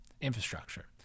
Infrastructure